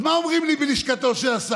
אז מה אומרים לי בלשכתו של השר?